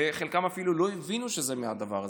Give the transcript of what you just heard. וחלקם אפילו לא הבינו שזה מהדבר הזה,